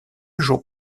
jours